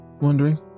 wondering